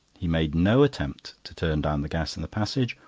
he made no attempt to turn down the gas in the passage,